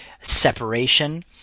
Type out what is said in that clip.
separation